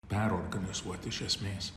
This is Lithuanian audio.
perorganizuot iš esmės